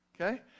okay